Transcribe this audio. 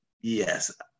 Yes